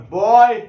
boy